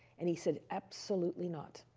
and he said, absolutely not.